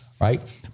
right